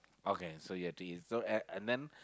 okay so you have to eats and and then